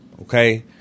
okay